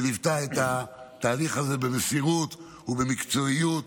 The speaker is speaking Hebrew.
שליוותה את התהליך הזה במסירות ובמקצועיות,